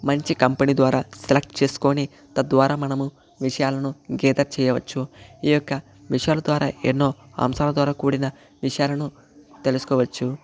మంచి కంపెనీ ద్వారా సెలెక్ట్ చేసుకుని తద్వారా మనము విషయాలను గాదర్ చేయవచ్చు ఈ యొక్క మిషన్ల ద్వారా ఎన్నో అంశాల ద్వారా కూడిన విషయాలను తెలుసుకోవచ్చు